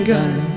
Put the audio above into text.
gun